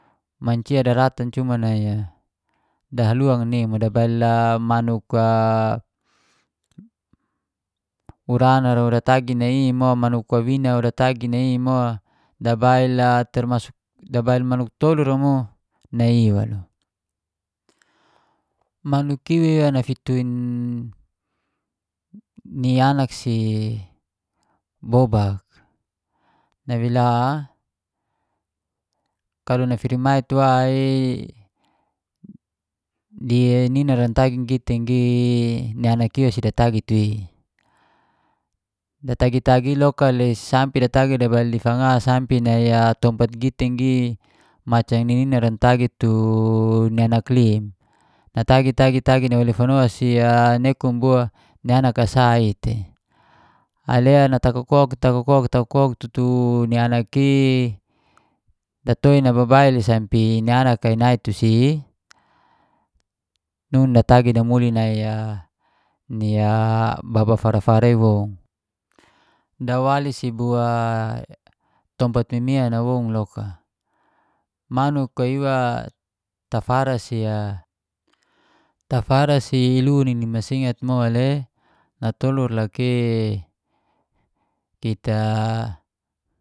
Mancia daratan cuma nai dahaluan nai i mo, dabail manuk a manuk urana ra datagi nai i mo manuk wawina o datagi nai i mo. Dabail termasuk dabail manuk tolur la mo nai i waluk. Manuk iwa nafituin ni anak si bobak, nawela kalau nifirimait wa i ni nina ratagi gitinggi ni anak ira datagi tua i. Datagi-tagi i loka le sampe datagi dabail di fanga sampe nai tompat ngitinggi macan ni ninan ratagi tu ni anak lim, natagi-tagi tagi nawel fano si anekun bo ni anak sa i tei, ale natakok-kok takok-kok tutu ni anak i natoin nababail i sampe ni anak i nai tua si nun datagi namuli nai a ni ni baba fara-fara i woun. Daawali si bua tompat mimian awoun loka. manuk i iwa tafar si ilu nini masingat mole natolur lake tita